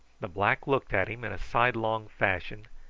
the black looked at him in a sidelong fashion,